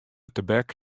tebek